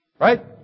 right